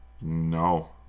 No